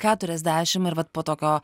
keturiasdešimt ir vat po tokio